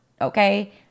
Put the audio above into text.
Okay